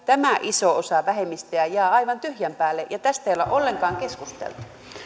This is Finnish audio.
tämä iso osa vähemmistöä jää aivan tyhjän päälle ja tästä ei ole ollenkaan keskusteltu